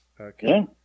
Okay